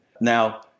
Now